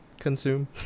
consume